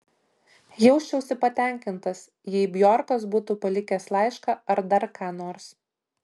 jausčiausi patenkintas jei bjorkas būtų palikęs laišką ar dar ką nors